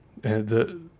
The-